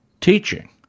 teaching